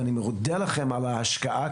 אני מודה לכם על ההשקעה,